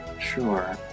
sure